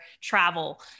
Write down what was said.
travel